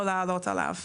או לעלות עליו.